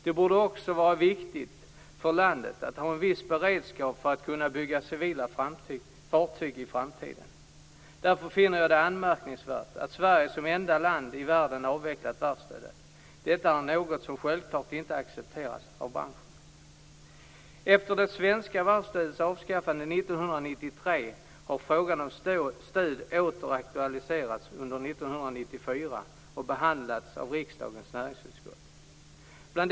Det borde också vara viktigt för landet att ha en viss beredskap för att kunna bygga civila fartyg i framtiden. Därför finner jag det anmärkningsvärt att Sverige som enda land i världen har avvecklat varvsstödet. Detta är något som självklart inte accepteras av branschen. har frågan om stöd åter aktualiserats under 1994 och behandlats av riksdagens näringsutskott.